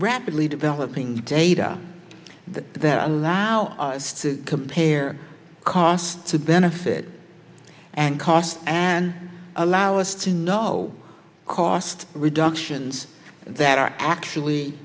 rapidly developing data that allow us to compare cost to benefit and cost and allow us to know cost reductions that are actually